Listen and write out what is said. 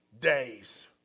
days